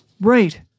Right